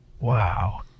Wow